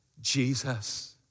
Jesus